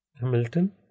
Hamilton